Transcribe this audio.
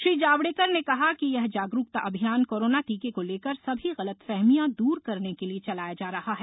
श्री जावड़ेकर ने कहा कि यह जागरूकता अभियान कोरोना टीके को लेकर सभी गलतफहमियां दूर करने के लिए चलाया जा रहा है